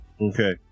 Okay